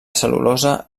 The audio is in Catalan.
cel·lulosa